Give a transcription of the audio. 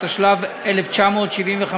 התשל"ו 1975,